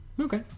Okay